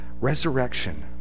resurrection